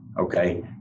okay